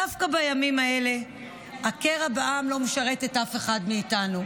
דווקא בימים האלה הקרע בעם לא משרת אף אחד מאיתנו,